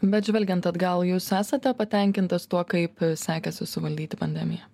bet žvelgiant atgal jūs esate patenkintas tuo kaip sekėsi suvaldyti pandemiją